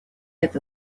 это